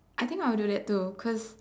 I think I'll do that too coz